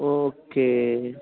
okay